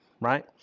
Right